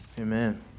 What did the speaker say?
Amen